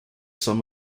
sum